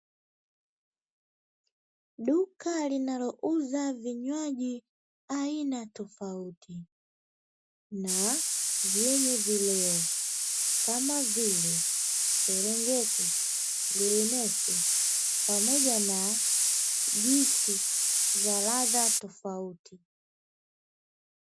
Duka linalouza vinywaji aina tofauti na vyenye vileo, kama vile serengeti, guiness Pamoja na juisi za ladha tofauti.